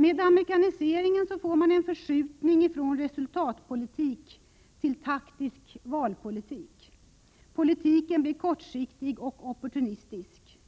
Med amerikaniseringen får man en förskjutning från resultatpolitik till taktisk valpolitik. Politiken blir kortsiktig och opportunistisk.